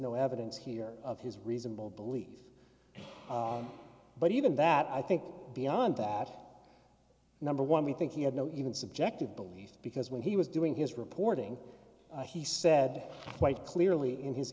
no evidence here of his reasonable belief but even that i think beyond that number one we think he had no even subjective belief because when he was doing his reporting he said quite clearly in his